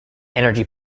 energy